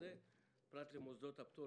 פרט למוסדות הפטור,